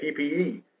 PPE